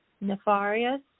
nefarious